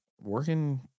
working